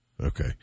Okay